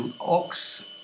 ox